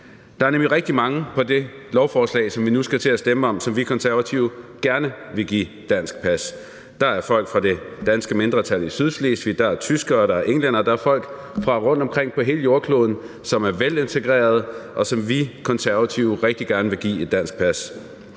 Der er nemlig rigtig mange på det lovforslag, som vi nu skal til at stemme om, som vi Konservative gerne ville give dansk pas. Der er folk fra det danske mindretal i Sydslesvig, der er tyskere, der er englændere, der er folk fra rundtomkring på hele jordkloden, som er velintegrerede, og som vi Konservative rigtig gerne vil give et dansk pas.